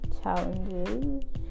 challenges